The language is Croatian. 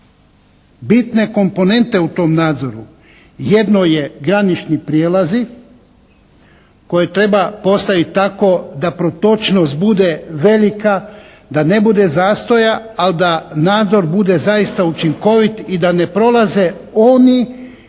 bitne komponente u tom nadzoru. Jedno je granični prijelazi koje treba postaviti tako da protočnost bude velika, da ne bude zastoja, ali da nadzor bude zaista učinkovit i da ne prolaze oni i one